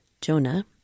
jonah